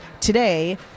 today